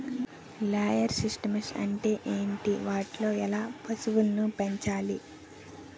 Layer systems అంటే ఏంటి? వాటిలో ఎలా పశువులను పెంచాలి?